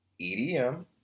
EDM